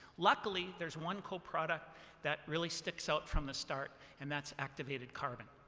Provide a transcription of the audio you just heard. luckily, there's one coproduct that really sticks out from the start. and that's activated carbon.